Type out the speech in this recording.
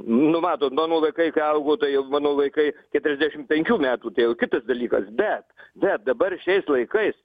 nu matot mano vaikai augo tai jau mano vaikai keturiasdešimt penkių metų tai jau kitas dalykas bet bet dabar šiais laikais